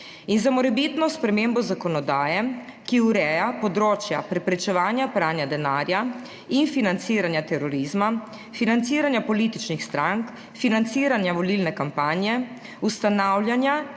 in za morebitno spremembo zakonodaje, ki ureja področja preprečevanja pranja denarja in financiranja terorizma, financiranja političnih strank, financiranja volilne kampanje, ustanavljanja